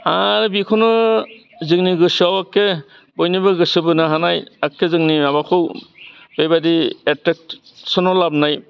आर बेखौनो जोंनि गोसोआव एखे बयनिबो गोसो बोनो हानाय एखे जोंनि माबाखौ बेबायदि एटेकसनाव लाबोनाय